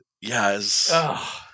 Yes